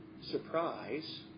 surprise